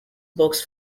books